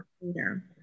later